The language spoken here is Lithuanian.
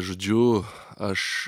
žodžiu aš